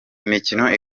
imikino